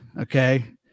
okay